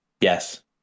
Yes